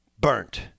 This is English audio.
Burnt